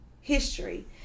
history